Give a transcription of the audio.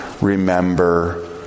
remember